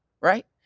right